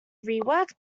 rework